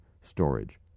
storage